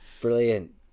brilliant